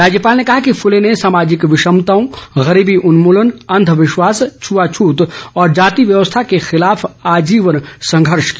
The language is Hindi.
राज्यपाल ने कहा कि फूले ने सामाजिक विषमताओं गरीबी उन्मूलन अंधविश्वास छ्आछ्त और जाति व्यवस्था के खिलाफ आजीवन संघर्ष किया